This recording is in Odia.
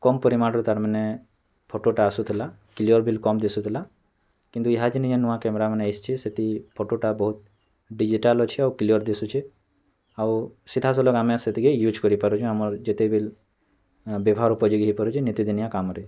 କମ୍ ପରିମାଣର ତାର୍ ମାନେ ଫଟୋଟା ଆସୁଥିଲା କ୍ଳିୟର୍ ବି କମ୍ ଦିଶୁଥଲା କିନ୍ତୁ ଇହାଯେନ୍ ନୂଆ କ୍ୟାମେରାମାନେ ଆସ୍ଚି ସେତି ଫୋଟୋଟା ବହୁତ୍ ଡ଼ିଜିଟାଲ୍ ଅଛେ ଆଉ କ୍ଳିୟର୍ ଦିଶୁଚେ ଆଉ ସିଧାସଲଖ୍ ଆମେ ସେତାକେ ୟୁଜ୍ କରିପାରୁଛୁ ଆମର୍ ଯେତେବେଲ୍ ବ୍ୟବହାର ଉପଯୋଗୀ ହେଇପାରୁଛି ନୀତିଦିନିଆ କାମରେ